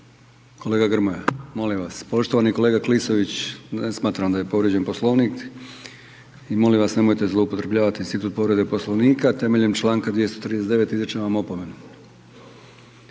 Kolega Grmoja, molim vas, poštovani kolega Klisović, ne smatram da je povrijeđen Poslovnik i molim vas nemojte zloupotrebljavati institut povrede Poslovnika, temeljem čl. 239. izričem vam opomenu.